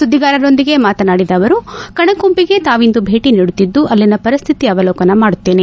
ಸುದ್ದಿಗಾರರೊಂದಿಗೆ ಮಾತನಾಡಿದ ಅವರು ಕಣಕುಂಬಿಗೆ ತಾವಿಂದು ಭೇಟಿ ನೀಡುತ್ತಿದ್ದು ಅಲ್ಲಿನ ಪರಿಸ್ಥಿತಿ ಅವಲೋಕನ ಮಾಡುತ್ತೇನೆ